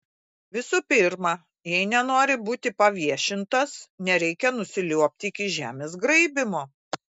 visų pirma jei nenori būti paviešintas nereikia nusiliuobti iki žemės graibymo